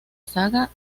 saga